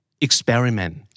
Experiment